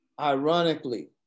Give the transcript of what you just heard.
Ironically